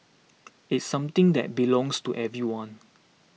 it's something that belongs to everyone